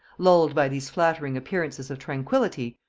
lulled by these flattering appearances of tranquillity,